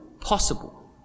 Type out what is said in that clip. possible